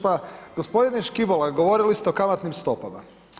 Pa gospodine Škibola, govorili ste o kamatnim stopama.